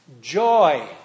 Joy